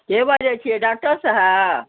के बजै छियै डाक्टर साहब